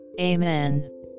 Amen